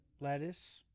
lettuce